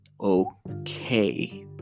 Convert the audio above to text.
okay